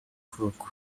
kuboko